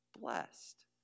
blessed